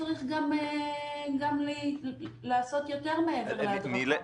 שצריך גם לעשות יותר מהר עם ההדרכה.